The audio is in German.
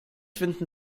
finden